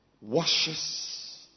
washes